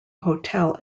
hotel